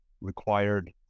required